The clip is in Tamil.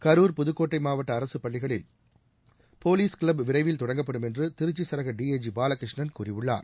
கரூர் புதுகோட்டை மாவட்ட அரசுப் பள்ளிகளில் போலீஸ் க்ளப் விரைவில் தொடங்கப்படும் என்று திருச்சி சரக டி ஐ ஜி பாலகிருஷ்ணன் கூறியுள்ளார்